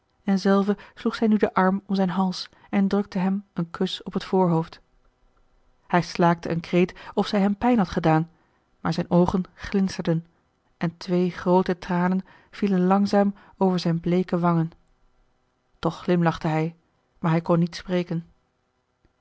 en zelve sloeg zij nu den arm om zijn hals en drukte hem een kus op het voorhoofd hij slaakte een kreet of zij hem pijn had gedaan maar zijne oogen glinsterden en twee groote tranen vielen langzaam over zijne bleeke wangen toch glimlachte hij maar hij kon niet spreken